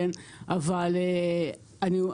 אבל שוב,